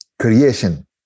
creation